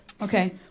Okay